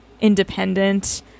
independent